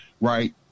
right